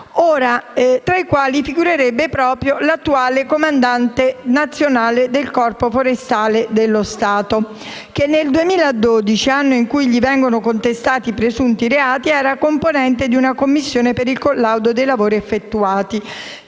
tra i quali figurerebbe proprio l'attuale comandante nazionale del Corpo forestale dello Stato che nel 2012, anno in cui gli vengono contestati i presunti reati, era componente di una commissione per il collaudo dei lavori effettuati